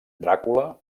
dràcula